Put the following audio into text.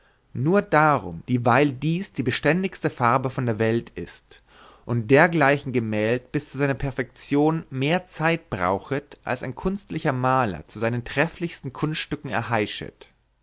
nur darum dieweil dies die beständigste farbe von der welt ist und dergleichen gemäld bis zu seiner perfektion mehr zeit brauchet als ein kunstlicher maler zu seinen trefflichsten kunststücken erheischet